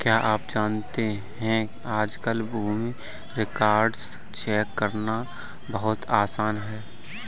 क्या आप जानते है आज कल भूमि रिकार्ड्स चेक करना बहुत आसान है?